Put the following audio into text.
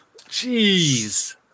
Jeez